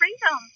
freedom